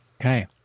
Okay